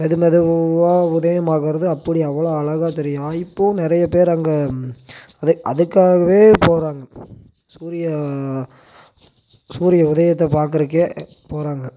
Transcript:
மெது மெதுவாக உதயம் ஆகுறது அப்படி அவ்வளோ அழகாக தெரியும் இப்போவும் நிறையா பேர் அங்கே அது அதுக்காகவே போகிறாங்க சூரிய சூரிய உதையத்தை பார்க்குறக்கே போகிறாங்க